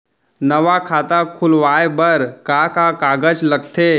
नवा खाता खुलवाए बर का का कागज लगथे?